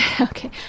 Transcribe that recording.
okay